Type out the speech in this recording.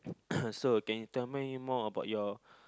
also can you tell me more about your